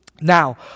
Now